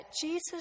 Jesus